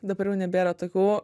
dabar jau nebėra tokių